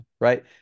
right